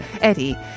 Eddie